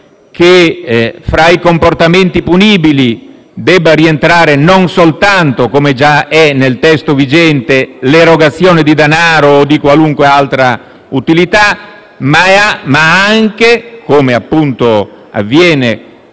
che fra i comportamenti punibili debba rientrare non soltanto, come già è nel testo vigente, l'erogazione di denaro o di qualunque altra utilità ma anche - come appunto avverrà